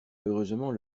heureusement